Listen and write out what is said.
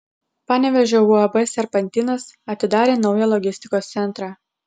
panevėžio uab serpantinas atidarė naują logistikos centrą